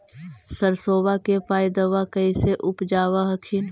सरसोबा के पायदबा कैसे उपजाब हखिन?